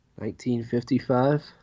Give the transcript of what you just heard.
1955